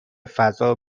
فضا